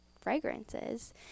fragrances